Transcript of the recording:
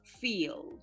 feel